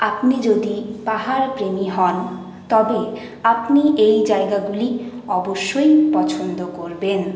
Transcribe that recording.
আপনি যদি পাহাড়প্রেমী হন তবে আপনি এই জায়গাগুলি অবশ্যই পছন্দ করবেন